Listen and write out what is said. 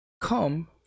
come